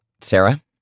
Sarah